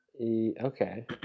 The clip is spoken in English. okay